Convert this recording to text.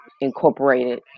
incorporated